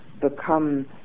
become